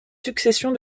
succession